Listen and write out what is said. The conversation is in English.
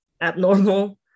abnormal